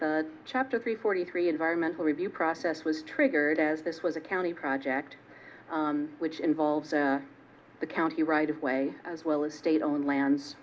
clue chapter three forty three environmental review process was triggered as this was a county project which involved the county right of way as well as state owned land